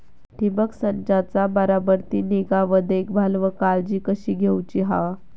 ठिबक संचाचा बराबर ती निगा व देखभाल व काळजी कशी घेऊची हा?